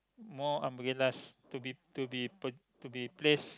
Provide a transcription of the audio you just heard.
more umbrellas to be to be p~ to be placed